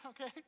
okay